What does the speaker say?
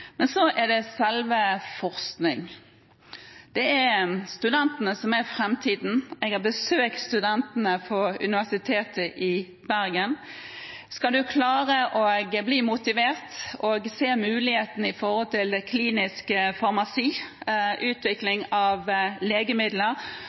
Men så er det selve forskningen. Det er studentene som er framtiden. Jeg har besøkt studentene på Universitetet i Bergen. Skal man klare å bli motivert og se mulighetene i klinisk farmasi,